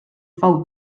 fou